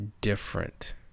different